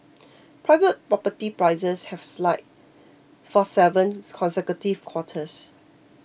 private property prices have slide for seven consecutive quarters